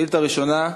שאילתה ראשונה,